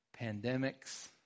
pandemics